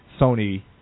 Sony